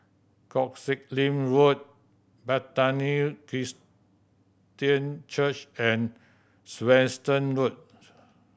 Koh Sek Lim Road Bethany Christian Church and Swettenham Road